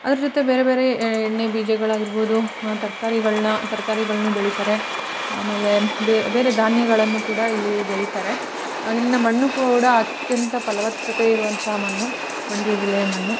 ಅದ್ರ ಜೊತೆ ಬೇರೆ ಬೇರೆ ಎಣ್ಣೆ ಬೀಜಗಳಾಗಿರ್ಬೋದು ಹಂ ತರಕಾರಿಗಳ್ನ ತರ್ಕಾರಿಗಳನ್ನೂ ಬೆಳಿತಾರೆ ಆಮೇಲೆ ಬೇರೆ ಧಾನ್ಯಗಳನ್ನು ಕೂಡ ಇಲ್ಲಿ ಬೆಳಿತಾರೆ ಇಲ್ಲಿನ ಮಣ್ಣು ಕೂಡ ಅತ್ಯಂತ ಫಲವತ್ತತೆ ಇರುವಂಥ ಮಣ್ಣು ಮಂಡ್ಯ ಜಿಲ್ಲೆಯ ಮಣ್ಣು